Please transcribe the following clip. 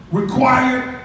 required